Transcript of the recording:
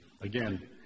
again